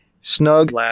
snug